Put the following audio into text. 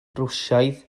rwsiaidd